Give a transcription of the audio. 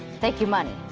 thank you, money.